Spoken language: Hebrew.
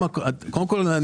קודם כול,